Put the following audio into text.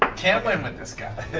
um can't win with this guy.